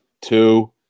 two